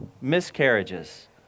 miscarriages